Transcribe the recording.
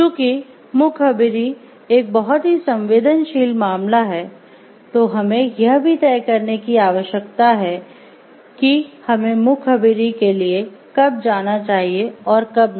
चूंकि मुखबिरी एक बहुत ही संवेदनशील मामला है तो हमें यह भी तय करने की आवश्यकता है कि हमें मुखबिरी के लिए कब जाना चाहिए और कब नहीं